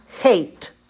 hate